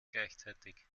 gleichzeitig